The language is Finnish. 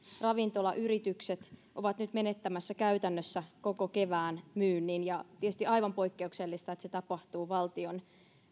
ravintolayritykset ovat nyt menettämässä käytännössä koko kevään myynnin ja on tietysti aivan poikkeuksellista että se tapahtuu valtion